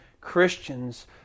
Christians